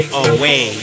away